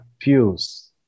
fuse